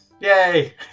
Yay